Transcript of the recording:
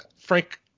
Frank